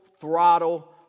throttle